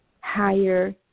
higher